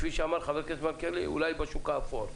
כפי שאמר ח"כ מלכיאלי, אולי בשוק האפור.